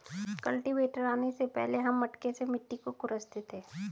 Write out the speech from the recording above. cultivator आने से पहले हम मटके से मिट्टी को खुरंचते थे